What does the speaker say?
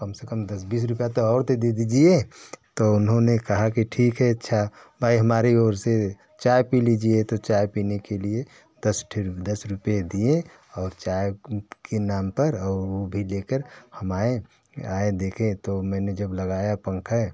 कम से कम दस बीस रुपया तो और दे दीजिए तो उन्होंने कहा कि ठीक है अच्छा भाई हमारी ओर से चाय पी लीजिए तो चाय पीने के लिए दस ठेन दस रुपए दिए और चाय के नाम पर और ऊ भी लेकर हम आए आए देखें तो मैंने जब लगाया पंखे